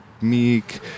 meek